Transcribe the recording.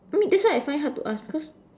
I mean that's why I find it hard to ask cause